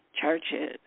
churches